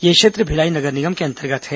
यह क्षेत्र भिलाई नगर निगम के अंतर्गत है